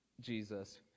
Jesus